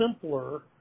simpler